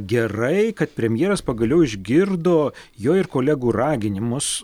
gerai kad premjeras pagaliau išgirdo jo ir kolegų raginimus